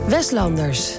Westlanders